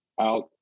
out